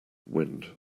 wind